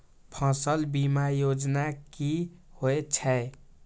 फसल बीमा योजना कि होए छै?